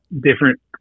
different